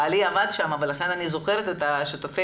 בעלי עבד שם ולכן אני זוכרת את שיתופי